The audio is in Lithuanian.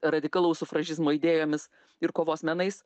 radikalaus sufražizmo idėjomis ir kovos menais